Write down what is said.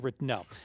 No